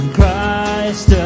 Christ